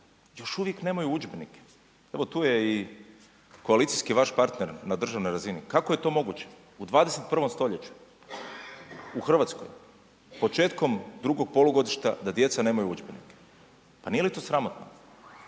još uvijek nemaju udžbenike? Evo tu je i koalicijski vaš partner na državnoj razini, kako je to moguće u 21. stoljeću Hrvatskoj početkom drugog polugodišta da djeca nemaju udžbenike? Pa nije li to sramotno?